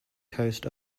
coast